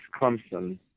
Clemson